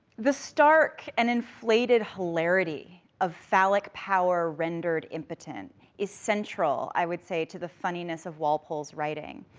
the stark and inflated hilarity of phallic power rendered impotent is central, i would say, to the funniness of walpole's writing,